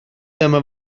dyma